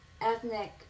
ethnic